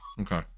Okay